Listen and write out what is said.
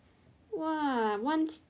!wah! one